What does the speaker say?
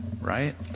right